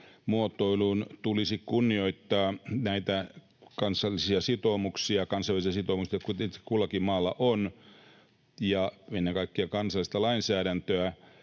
muotoilun, että tulisi kunnioittaa näitä kansallisia sitoumuksia ja kansainvälisiä sitoumuksia, kuten itse kullakin maalla on, ja ennen kaikkea kansallista lainsäädäntöä.